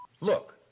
Look